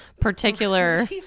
particular